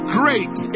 great